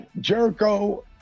Jericho